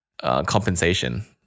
compensation